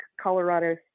Colorado